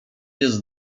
jest